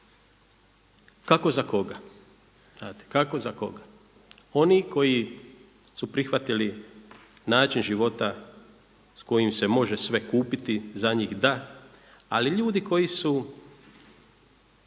prije 90.-tih. Kako za koga. Oni koji su prihvatili način života s kojim se može sve kupiti za njih da, ali ljudi koji su